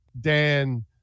Dan